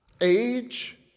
Age